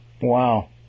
Wow